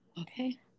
okay